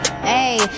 hey